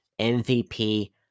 MVP